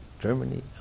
Germany